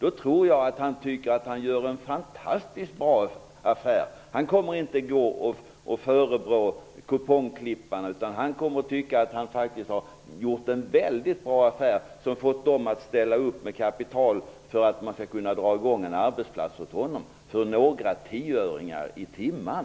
Jag tror att han därför tycker att det är en för honom fantastiskt bra affär att aktieägarna ställer upp med kapital och har startat den arbetsplats där han jobbar -- allt detta i stället för några extra tioöringar. Han kommer inte att förebrå kupongklipparen.